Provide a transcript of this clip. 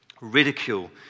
ridicule